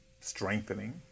strengthening